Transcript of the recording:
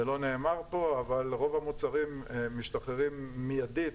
זה לא נאמר פה אבל רוב המוצרים משתחררים מיידית